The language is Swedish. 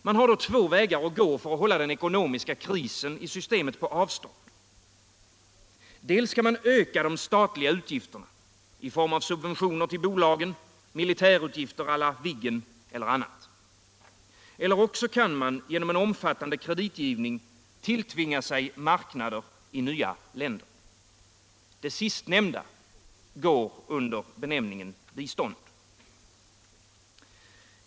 Man har då två vägar alt gå för att hålla krisen i systemet på avstånd. Antingen kan man öka de statliga utgifterna i form av subventioner till bolagen, militärutgifter ä la Viggen och annat, eller också kan man genom omfattande kreditgivning tilltvinga sig marknader i nya länder. Det sistnämnda går under benämningen bistånd.